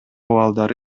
балдары